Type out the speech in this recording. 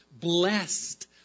Blessed